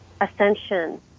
ascension